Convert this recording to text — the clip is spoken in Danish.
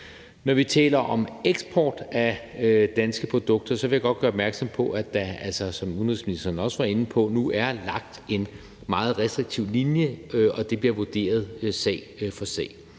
Når vi taler om eksport af danske produkter, vil jeg godt gøre opmærksom på, at der altså, som udenrigsministeren også var inde på, nu er lagt en meget restriktiv linje, og at det bliver vurderet sag for sag.